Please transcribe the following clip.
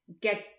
get